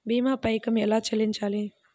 భీమా పైకం ఎలా చెల్లించాలి?